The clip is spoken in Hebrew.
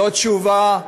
זאת תשובה עלובה,